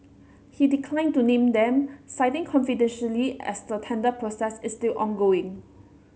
he declined to name them citing confidentiality as the tender process is still ongoing